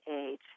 age